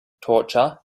torture